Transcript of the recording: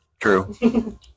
True